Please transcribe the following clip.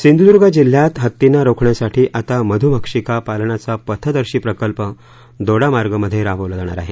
सिंधुदुर्ग जिल्ह्यात हत्तींना रोखण्यासाठी आता मधुमक्षिका पालनाचा पथदर्शी प्रकल्प दोडामार्गमध्ये राबवला जाणार आहे